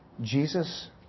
Jesus